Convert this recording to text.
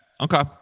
Okay